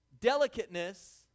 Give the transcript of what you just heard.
Delicateness